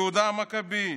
יהודה המכבי,